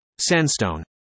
Sandstone